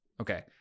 Okay